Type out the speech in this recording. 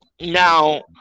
Now